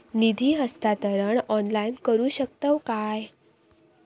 निधी हस्तांतरण ऑनलाइन करू शकतव काय?